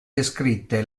descritte